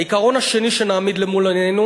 העיקרון השני שנעמיד למול עינינו